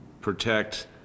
protect